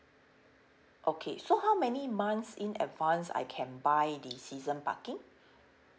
okay so how many months in advance I can buy the season parking